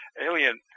alien